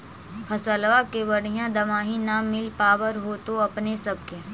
फसलबा के बढ़िया दमाहि न मिल पाबर होतो अपने सब के?